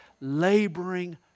laboring